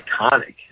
iconic